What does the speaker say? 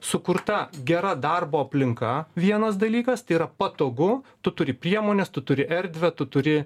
sukurta gera darbo aplinka vienas dalykas tai yra patogu tu turi priemones tu turi erdvę tu turi